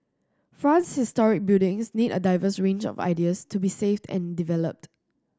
France's historic buildings need a diverse range of ideas to be saved and developed